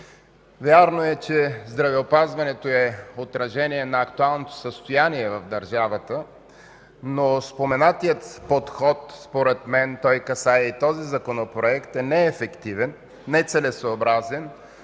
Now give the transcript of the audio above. Вярно е, че здравеопазването е отражение на актуалното състояние в държавата, но споменатият подход, според мен той касае и този Законопроект, е неефективен и нецелесъобразен.